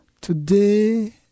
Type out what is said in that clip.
Today